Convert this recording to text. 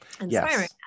inspiring